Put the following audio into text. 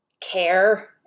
care